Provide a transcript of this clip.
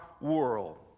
world